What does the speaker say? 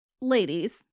ladies